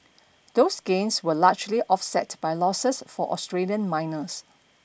those gains were largely offset by losses for Australian miners